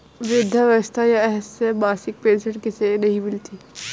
वृद्धावस्था या असहाय मासिक पेंशन किसे नहीं मिलती है?